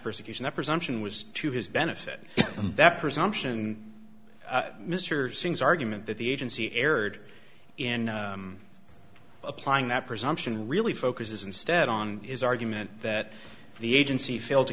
persecution the presumption was to his benefit and that presumption mr singh's argument that the agency erred in applying that presumption really focuses instead on his argument that the agency failed to